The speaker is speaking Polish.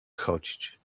chodzić